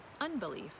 unbelief